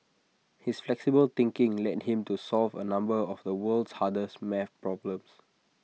his flexible thinking led him to solve A number of the world's hardest maths problems